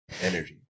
Energy